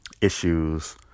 issues